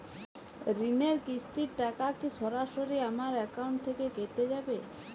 ঋণের কিস্তির টাকা কি সরাসরি আমার অ্যাকাউন্ট থেকে কেটে যাবে?